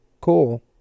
cool